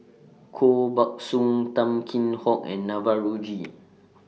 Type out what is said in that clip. Koh Buck Song Tan Kheam Hock and Navroji